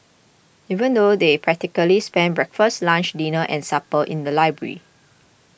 even though they practically spent breakfast lunch dinner and supper in the library